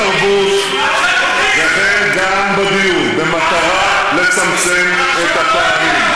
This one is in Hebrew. בתרבות, וכן גם בדיור, במטרה לצמצם את הפערים.